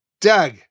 Doug